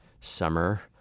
summer